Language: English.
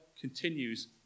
continues